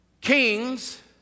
kings